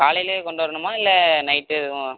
காலையிலேயே கொண்டு வரணுமா இல்லை நைட்டு எதுவும்